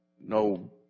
no